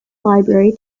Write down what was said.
library